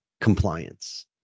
compliance